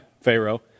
Pharaoh